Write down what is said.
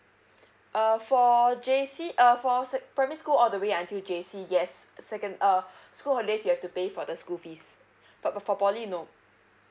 uh for J_C uh for sec~ primary school all the way until J_C yes second~ uh school holiday you have to pay for the school fees but for for poly no